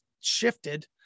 shifted